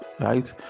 right